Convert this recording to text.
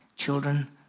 children